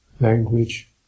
language